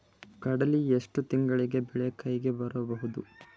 ಕಡಲಿ ಎಷ್ಟು ತಿಂಗಳಿಗೆ ಬೆಳೆ ಕೈಗೆ ಬರಬಹುದು?